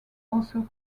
also